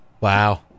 Wow